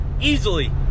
Easily